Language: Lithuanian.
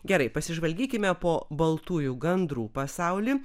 gerai pasižvalgykime po baltųjų gandrų pasaulį